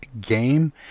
Game